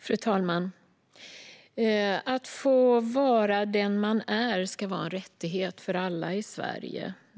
Fru talman! Att få vara den man är ska vara en rättighet för alla i Sverige.